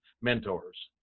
mentors